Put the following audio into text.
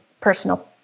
personal